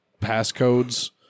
passcodes